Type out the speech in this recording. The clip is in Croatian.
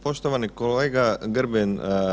Poštovani kolega Grbin.